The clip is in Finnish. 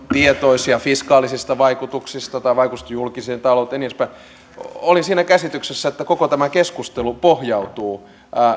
tietoisia fiskaalisista vaikutuksista tai vaikutuksista julkiseen talouteen ja niin edespäin olin siinä käsityksessä että koko tämä keskustelu pohjautuu